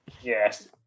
Yes